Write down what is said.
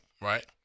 right